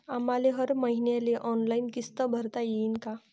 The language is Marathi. आम्हाले हर मईन्याले ऑनलाईन किस्त भरता येईन का?